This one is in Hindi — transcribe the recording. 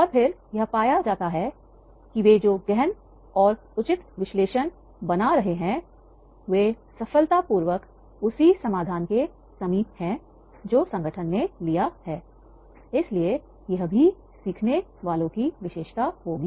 और फिर यह पाया जाता है कि वे जो गहन और उचित विश्लेषण बना रहे हैं वे सफलतापूर्वक उसी समाधान के समीप हैं जो संगठन ने लिया है इसलिए यह भी सीखने वालों की विशेषता होगी